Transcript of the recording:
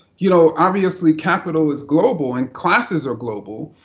you know, obviously, capital is global, and classes are global.